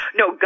no